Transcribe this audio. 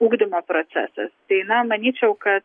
ugdymo procesas tai na manyčiau kad